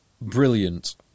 brilliant